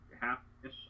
half-ish